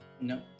No